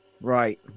Right